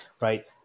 right